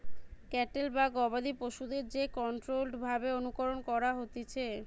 cattle বা গবাদি পশুদের যে কন্ট্রোল্ড ভাবে অনুকরণ করা হতিছে